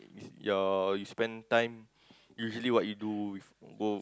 your you spend time usually what you do with go